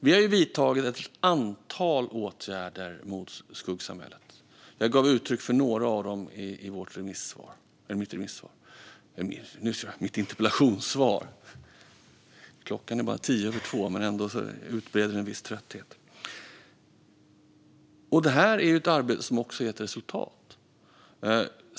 Vi har vidtagit ett antal åtgärder mot skuggsamhället. Jag gav i mitt interpellationssvar uttryck för några av dem som också har gett resultat.